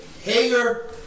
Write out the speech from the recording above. Hager